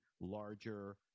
larger